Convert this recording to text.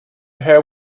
how